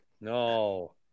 No